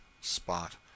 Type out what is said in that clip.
spot